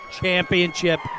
championship